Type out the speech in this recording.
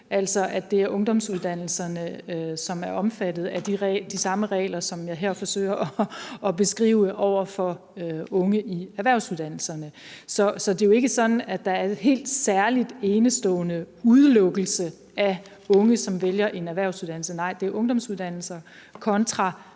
altså, at det er ungdomsuddannelserne, som er omfattet af de regler, som jeg her forsøger at beskrive for unge på erhvervsuddannelserne. Så det er jo ikke sådan, at der er en helt særlig, enestående udelukkelse af unge, som vælger en erhvervsuddannelse. Nej, det er ungdomsuddannelser kontra